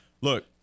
look